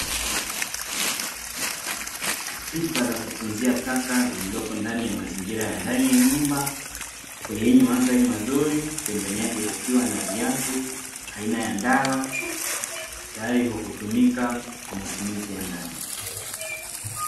Pipa la kutunzia taka lililoko ndani ya mazingira ya ndani ya nyumba, kwenye mandhari mazuri, pembeni yake kukiwa na viatu aina ya ndala, tayari kwa kutumika kwa matumizi ya ndani.